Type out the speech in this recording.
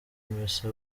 misa